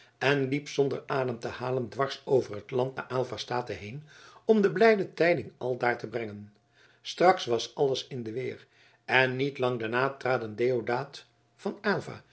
en liep zonder adem te halen dwars over het land naar aylva state heen om de blijde tijding aldaar te brengen straks was alles in de weer en niet lang daarna traden deodaat van aylva